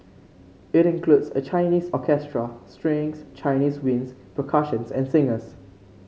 it includes a Chinese orchestra strings Chinese winds percussion and singers